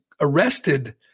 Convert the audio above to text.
arrested